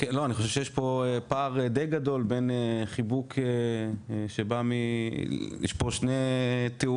אני חושב שיש פער דיי גדול בין חיבוק -- יש פה שני תיאורים,